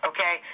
Okay